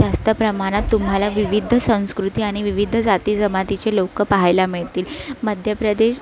जास्त प्रमाणात तुम्हाला विविध संस्कृती आणि विविध जाती जमातीचे लोक पाहायला मिळतील मध्य प्रदेश